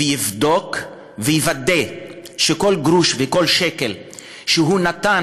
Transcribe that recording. ויבדוק ויוודא שכל גרוש וכל שקל שהוא נתן